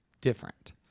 different